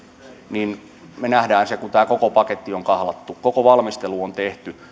me näemme sitten kun tämä koko paketti on kahlattu koko valmistelu on tehty